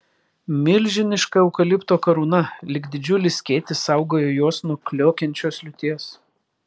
milžiniška eukalipto karūna lyg didžiulis skėtis saugojo juos nuo kliokiančios liūties